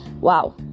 Wow